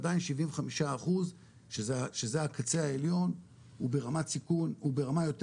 עדיין 75 אחוז שזה הקצה העליון הוא ברמת סיכון,